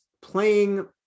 playing